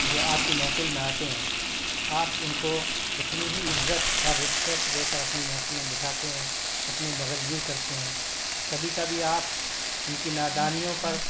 جو آپ کی محفل میں آتے ہیں آپ ان کو اتنی ہی عزت اور ریسپیکٹ دے کر اپنی محفل میں بٹھاتے ہیں اپنے بغل گیر کرتے ہیں کبھی کبھی آپ ان کی نادانیوں پر